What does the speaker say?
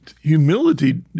humility